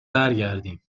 برگردیم